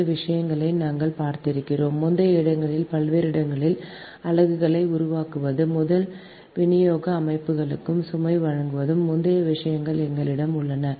இந்த விஷயங்களை நாங்கள் பார்த்திருக்கிறோம் முந்தைய இடங்களில் பல்வேறு இடங்களில் அலகுகளை உருவாக்குவது முதல் விநியோக அமைப்புகளுக்கு சுமை வழங்கும் முந்தைய விஷயங்கள் எங்களிடம் உள்ளன